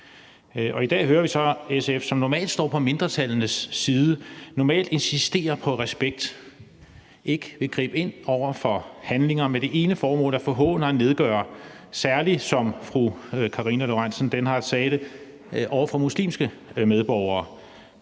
I dag hører vi så, at SF, som normalt står på mindretallenes side og normalt insisterer på respekt, ikke vil gribe ind over for handlinger med det ene formål at forhåne og nedgøre særlig muslimske medborgere,